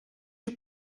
you